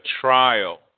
trial